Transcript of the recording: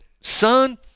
son